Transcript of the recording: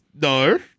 No